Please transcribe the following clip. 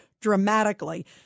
dramatically